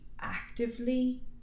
actively